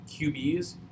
QBs